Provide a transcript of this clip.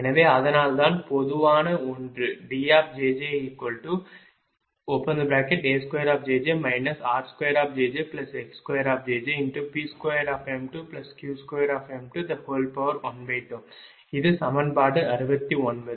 எனவே அதனால்தான் பொதுவான ஒன்று DjjA2 r2jjx2jjP2m2Q2m212 இது சமன்பாடு 69